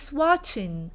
watching